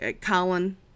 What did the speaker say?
Colin